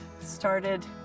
started